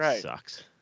Sucks